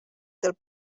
del